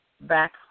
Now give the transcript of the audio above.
back